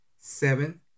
Seven